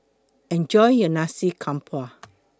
Enjoy your Nasi Campur